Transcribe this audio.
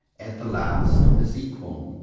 at the last, is equal?